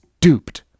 duped